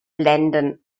blenden